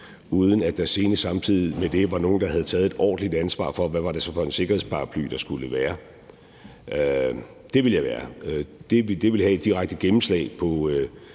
uden at der samtidig med det var nogen, der havde taget et ordentligt ansvar for, hvad det så var for en sikkerhedsparaply, der skulle være. Det ville have et direkte gennemslag på